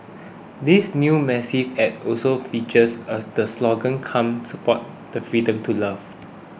this new massive ad also features a the slogan come support the freedom to love